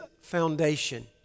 foundation